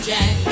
Jack